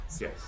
Yes